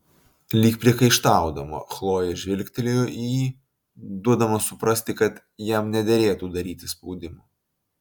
lyg priekaištaudama chlojė žvilgtelėjo į jį duodama suprasti kad jam nederėtų daryti spaudimo